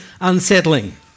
unsettling